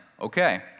Okay